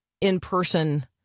in-person